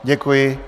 Děkuji.